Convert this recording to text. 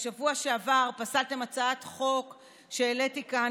בשבוע שעבר פסלתם הצעת חוק שהעליתי כאן